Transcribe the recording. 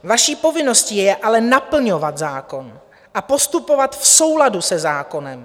Vaší povinností je ale naplňovat zákon a postupovat v souladu se zákonem.